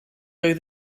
oedd